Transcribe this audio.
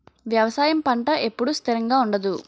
వ్యవసాయం పంట ఎప్పుడు స్థిరంగా ఉండదు